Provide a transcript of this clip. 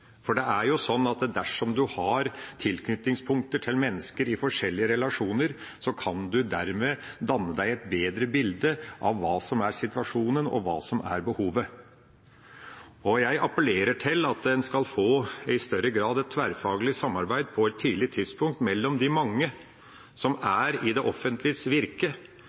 For det er jo slik at dersom en har tilknytningspunkter til mennesker i forskjellige relasjoner, kan en dermed danne seg et bedre bilde av hva som er situasjonen, og hva som er behovet. Jeg appellerer til at det i større grad skal være et tverrfaglig samarbeid på et tidlig tidspunkt mellom de mange som er i det offentliges virke,